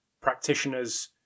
practitioners